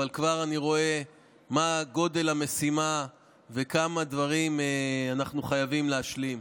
אבל כבר אני רואה מה גודל המשימה וכמה דברים אנחנו חייבים להשלים.